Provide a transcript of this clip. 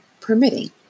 permitting